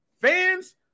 Fans